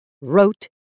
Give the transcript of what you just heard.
wrote